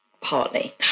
Partly